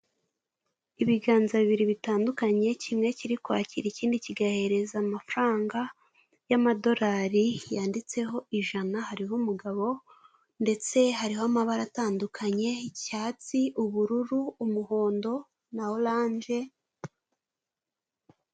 Ibiganza bibiri bitandukanye kimwe kiri kwakira ikindi kigahereza amafaranga y'amadorari yanditseho ijana hariho umugabo, ndetse hariho amabara atandukanye icyatsi, ubururu, umuhondo, na orange.